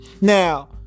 Now